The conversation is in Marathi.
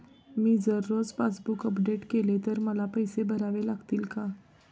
मी जर रोज पासबूक अपडेट केले तर मला पैसे भरावे लागतील का?